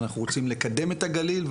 ואנחנו רוצים לקדם את הגליל,